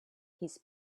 his